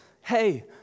Hey